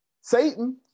Satan